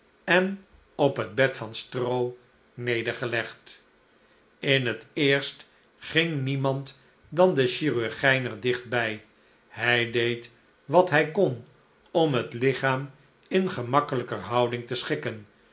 en op het bed van stroo nedergelegd in het eerst ging niemand dan de chirurgijn er dicht bij hij deed wat hij kon om het lichaam in gemakkel'ijker houding te schikken